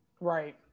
Right